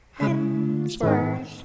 Hemsworth